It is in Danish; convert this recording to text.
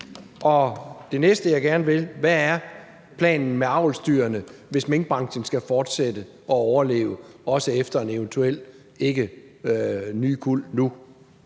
Og det næste, jeg gerne vil, er at høre, hvad planen med avlsdyrene er, hvis minkbranchen skal fortsætte og overleve, også hvis der eventuelt ikke kommer nye